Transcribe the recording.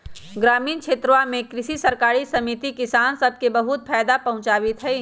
ग्रामीण क्षेत्रवा में कृषि सरकारी समिति किसान सब के बहुत फायदा पहुंचावीत हई